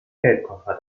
geldkoffer